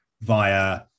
via